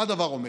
מה הדבר אומר?